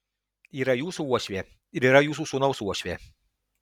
yra jūsų uošvė ir yra jūsų sūnaus uošvė